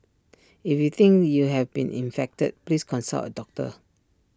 if you think you have been infected please consult A doctor